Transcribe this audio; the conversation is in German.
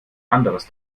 anderes